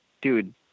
dude